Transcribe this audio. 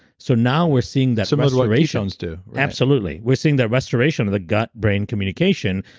so now we're seeing that so restoration do absolutely. we're seeing that restoration of the gut-brain communication,